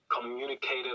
communicative